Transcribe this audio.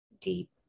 deep